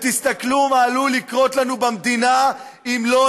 ותסכלו מה עלול לקרות לנו במדינה אם לא